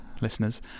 listeners